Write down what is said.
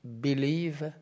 believe